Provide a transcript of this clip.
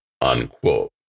unquote